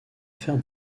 faire